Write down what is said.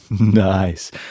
Nice